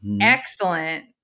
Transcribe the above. Excellent